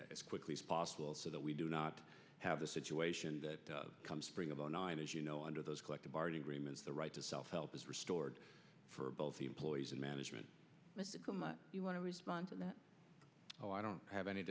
as quickly as possible so that we do not have the situation that come spring of zero nine is you know under those collective bargaining agreements the right to self help is restored for both the employees and management you want to respond to that so i don't have any